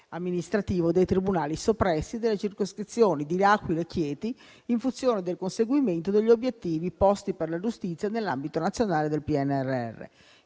amministrativo dei tribunali soppressi delle circoscrizioni dell'Aquila e di Chieti, in funzione del conseguimento degli obiettivi posti per la giustizia nell'ambito del Piano